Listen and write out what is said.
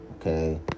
Okay